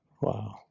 Wow